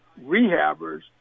rehabbers